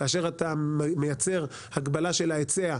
כאשר אתה מייצר הגבלה של ההיצע,